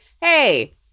hey